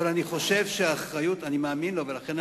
אבל אני חושב שהאחריות, מה, אתה לא מאמין לנתניהו?